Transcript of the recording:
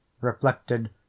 reflected